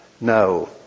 No